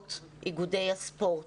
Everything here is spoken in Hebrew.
בהנהלות איגודי הספורט,